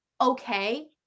okay